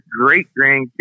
great-grandkids